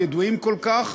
הידועים כל כך,